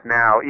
now